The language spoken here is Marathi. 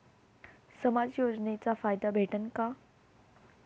समाज योजनेचा फायदा भेटन का?